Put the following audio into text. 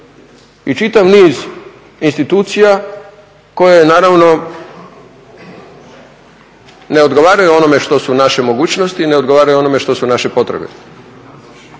i čitav niz institucija koje naravno ne odgovaraju onome što su naše mogućnosti, ne odgovaraju onome što su naše potrebe